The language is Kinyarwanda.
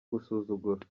gusuzugura